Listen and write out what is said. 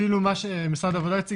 אפילו מה שמשרד העבודה הציג,